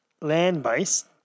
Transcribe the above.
land-based